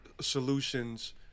solutions